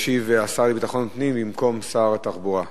ישיב השר לביטחון פנים במקום שר התחבורה.